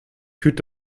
fühlt